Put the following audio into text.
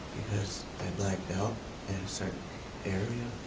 because i blacked out at a certain area.